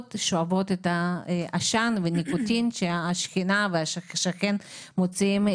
שואבות את העשן והניקוטין שהשכנים מוציאים.